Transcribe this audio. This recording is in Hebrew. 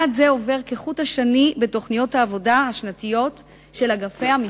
יעד זה עובר כחוט השני בתוכניות העבודה השנתיות של אגפי המשרד.